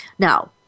Now